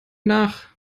nach